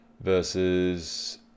versus